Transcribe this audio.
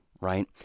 right